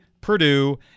Purdue